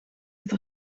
het